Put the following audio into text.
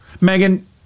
Megan